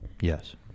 Yes